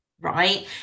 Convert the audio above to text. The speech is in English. right